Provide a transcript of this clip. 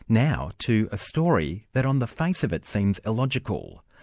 now, to a story that on the fact of it seems illogical.